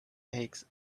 eggs